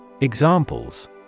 Examples